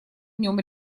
нем